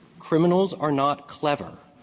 criminals are not clever.